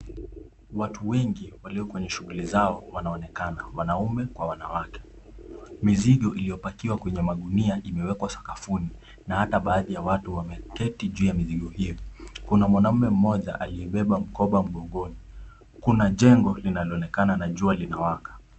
Watu wengi walio kwenye shughuli zao wanaonekana, wanaume kwa wanawake. Mizigo iliyopakiwa kwenye magunia imewekwa sakafuni na ata baadhi ya watu wameketi juu ya mizigo hiyo. Kuna mwanaume mmoja aliyebeba mkoba mgongoni. Kuna jengo linaloonekana na jua linawaka.